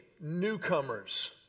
newcomers